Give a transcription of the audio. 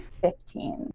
Fifteen